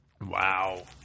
Wow